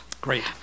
Great